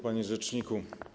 Panie Rzeczniku!